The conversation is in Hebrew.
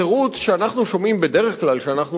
התירוץ שאנחנו שומעים בדרך כלל כשאנחנו